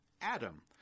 Adam